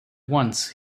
once